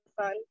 fun